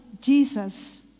Jesus